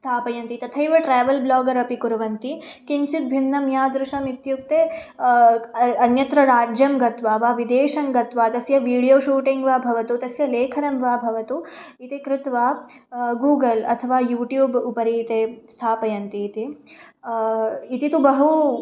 स्थापयन्ति तथैव ट्रावेल् ब्लागरपि कुर्वन्ति किञ्चिद्भिन्नं यादृशम् इत्युक्ते अन्यत्रं राज्यं गत्वा वा विदेशं गत्वा तस्य विडियो शूटिङ्ग् वा भवतु तस्य लेखनं वा भवतु इति कृत्वा गूगल् अथवा यूट्युब् उपरि ते स्थापयन्ति इति इति तु बहु